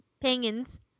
Penguins